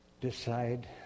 decide